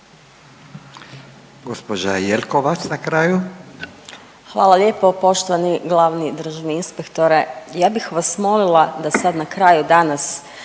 kraju. **Jelkovac, Marija (HDZ)** Hvala lijepo. Poštovani glavni državni inspektore, ja bih vas molila da sad na kraju danas